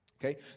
Okay